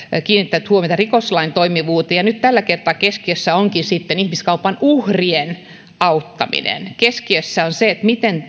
kiinnittänyt huomiota rikoslain toimivuuteen ja nyt tällä kertaa keskiössä onkin sitten ihmiskaupan uhrien auttaminen keskiössä on se miten